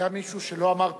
היה מישהו שלא אמר "טעינו",